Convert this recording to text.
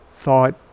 thought